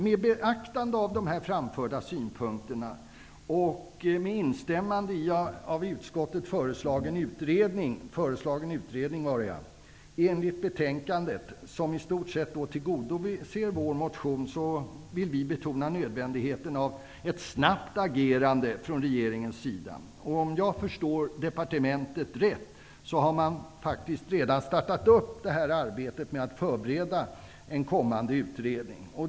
Med beaktande av de här framförda synpunkterna och med instämmande i av utskottet föreslagen utredning enligt betänkandet, som i stort tillgodoser Ny demokratis motion, vill vi i Ny demokrati betona nödvändigheten av ett snabbt agerande från regeringens sida. Om jag förstår departementet rätt har man faktiskt redan påbörjat ett förberedande arbete för en kommande utredning.